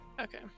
Okay